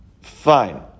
Fine